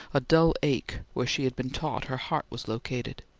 a dull ache where she had been taught her heart was located.